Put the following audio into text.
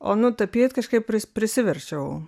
o nu tapyt kažkaip prisiverčiau